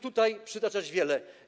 tutaj przytaczać wiele.